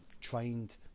trained